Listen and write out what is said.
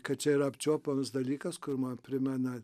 kad čia yra apčiuopiamas dalykas kur man primena